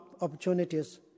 opportunities